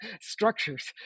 structures